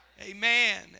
Amen